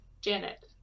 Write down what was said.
Janet